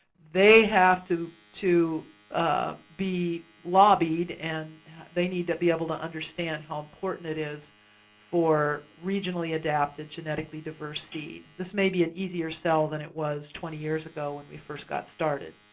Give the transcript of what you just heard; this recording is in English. they have to to ah be lobbied and they need to be able to understand how important it is for regionally adapted genetically diverse seed. this may be an easier sell than it was twenty years ago, when we first got started.